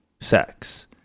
sex